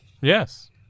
Yes